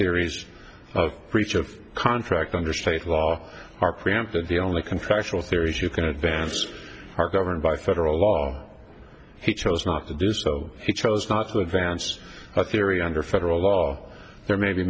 theories of breach of contract under state law are cramped and the only contractual theories you can advance are governed by federal law he chose not to do so he chose not to advance a theory under federal law there may be